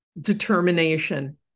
determination